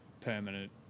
permanent